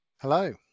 Hello